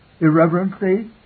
irreverently